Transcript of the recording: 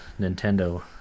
Nintendo